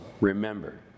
remember